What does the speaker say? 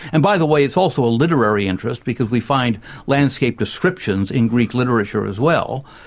and, by the way, it's also a literary interest because we find landscape descriptions in greek literature as well,